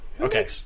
Okay